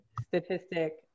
statistic